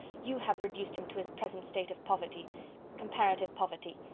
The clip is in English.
you have reduced him to his present state of poverty comparative poverty.